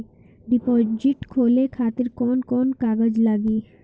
Deposit खोले खातिर कौन कौन कागज लागी?